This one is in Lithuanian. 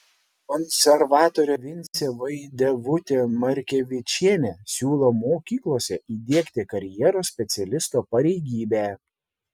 konservatorė vincė vaidevutė markevičienė siūlo mokyklose įdiegti karjeros specialisto pareigybę